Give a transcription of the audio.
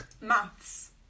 Maths